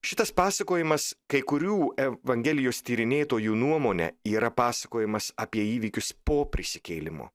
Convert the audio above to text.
šitas pasakojimas kai kurių evangelijos tyrinėtojų nuomone yra pasakojimas apie įvykius po prisikėlimo